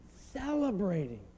celebrating